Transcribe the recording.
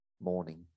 morning